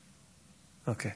בבקשה,